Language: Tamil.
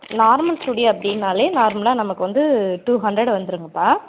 நார்மல் சுடி அப்படின்னாலே நார்மலாக நமக்கு வந்து டூ ஹண்ரட் வந்துடுங்கப்பா